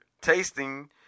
tasting